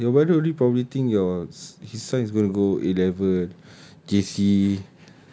relax ah your brother only probably think your his son is gonna go A level J_C